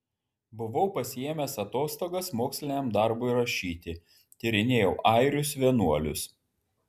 buvau pasiėmęs atostogas moksliniam darbui rašyti tyrinėjau airius vienuolius